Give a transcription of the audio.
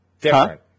Different